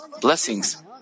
blessings